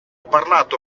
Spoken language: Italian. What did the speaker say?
parlato